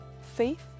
faith